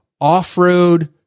off-road